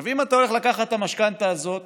אם אתה הולך לקחת את המשכנתה הזאת